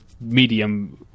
medium